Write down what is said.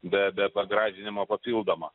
be be pagražinimo papildomo